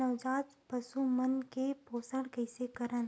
नवजात पशु मन के पोषण कइसे करन?